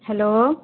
hello